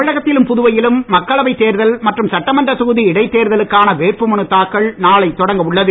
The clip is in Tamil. தமிழகத்திலும் புதுவையிலும் மக்களவை தேர்தல் மற்றும் சட்டமன்ற தொகுதி இடைத்தேர்தலுக்கான வேட்புமனு தாக்கல் நாளை தொடங்க உள்ளது